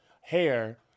hair